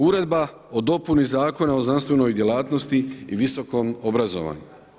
Uredba o dopuni Zakona o znanstvenoj djelatnosti i visokom obrazovanju.